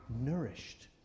Nourished